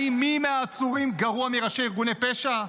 האם מי מהעצורים גרוע מראשי ארגוני פשע?